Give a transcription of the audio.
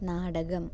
നാടകം